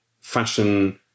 fashion